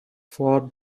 for